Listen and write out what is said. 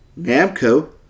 Namco